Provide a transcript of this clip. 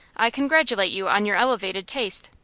i congratulate you on your elevated taste.